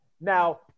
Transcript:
Now